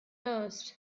most